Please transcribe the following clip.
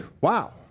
wow